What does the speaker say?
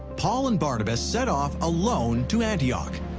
paul and barnabas set off alone to antioch.